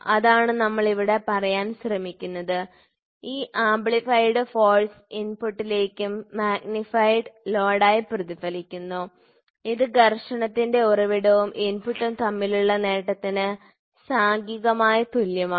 അതാണ് നമ്മൾ ഇവിടെ പറയാൻ ശ്രമിക്കുന്നത് ഈ ആംപ്ലിഫൈഡ് ഫോഴ്സ് ഇൻപുട്ടിലേക്ക് മാഗ്നിഫൈഡ് ലോഡായി പ്രതിഫലിക്കുന്നു ഇത് ഘർഷണത്തിന്റെ ഉറവിടവും ഇൻപുട്ടും തമ്മിലുള്ള നേട്ടത്തിന് സാംഖികമായി തുല്യമാണ്